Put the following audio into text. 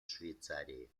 швейцарии